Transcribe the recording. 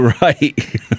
Right